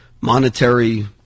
monetary